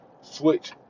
switch